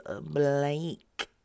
Blake